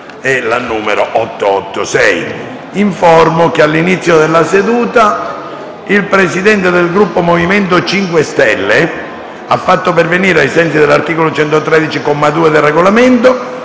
Informo l'Assemblea che all'inizio della seduta il Presidente del Gruppo MoVimento 5 Stelle ha fatto pervenire, ai sensi dell'articolo 113, comma 2, del Regolamento,